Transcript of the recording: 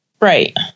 Right